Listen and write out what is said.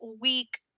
week